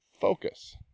focus